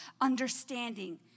understanding